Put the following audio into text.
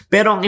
Pero